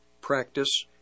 practice